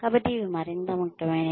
కాబట్టి ఇవి మరింత ముఖ్యమైనవి